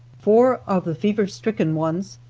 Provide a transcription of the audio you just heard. four of the fever stricken ones,